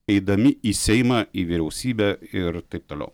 eidami į seimą į vyriausybę ir taip toliau